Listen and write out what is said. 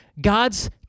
God's